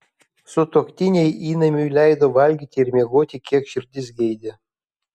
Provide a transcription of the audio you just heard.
sutuoktiniai įnamiui leido valgyti ir miegoti kiek širdis geidė